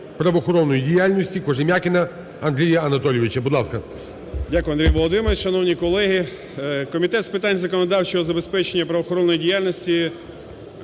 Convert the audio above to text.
правоохоронної діяльності Кожем'якіна Андрія Анатолійовича. Будь ласка. 10:11:20 КОЖЕМ’ЯКІН А.А. Дякую, Андрій Володимирович. Шановні колеги! Комітет з питань законодавчого забезпечення правоохоронної діяльності